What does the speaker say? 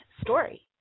story